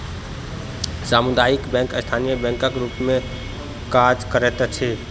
सामुदायिक बैंक स्थानीय बैंकक रूप मे काज करैत अछि